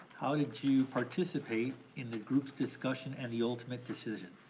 how did you participate in the group's discussion and the ultimate decision?